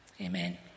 Amen